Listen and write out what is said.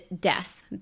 death